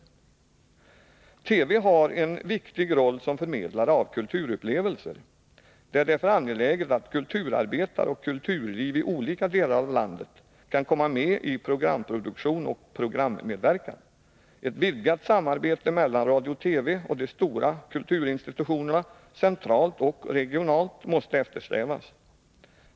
113 TV har en viktig roll som förmedlare av kulturupplevelser. Det är därför angeläget att kulturarbetare och kulturliv i övrigt i olika delar av landet kan komma med i programproduktion och programmedverkan. Ett vidgat samarbete mellan radio och TV och de stora kulturinstitutionerna, centralt och regionalt, måste eftersträvas.